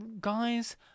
guys